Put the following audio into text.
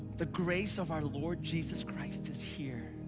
the grace of our lord jesus christ is here.